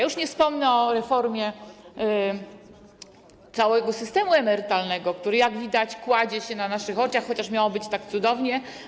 Już nie wspomnę o reformie całego systemu emerytalnego, który, jak widać, kładzie się na naszych oczach, chociaż miało być tak cudownie.